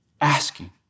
Asking